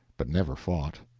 but never fought.